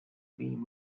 beam